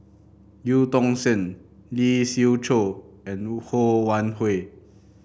Eu Tong Sen Lee Siew Choh and Ho Wan Hui